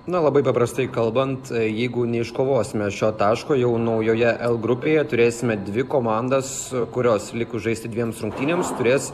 na labai paprastai kalbant jeigu neiškovosime šio taško jau naujoje l grupėje turėsime dvi komandas kurios likus žaisti dviems rungtynėms turės